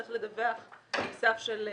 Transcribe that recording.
צריך לדווח מסף של,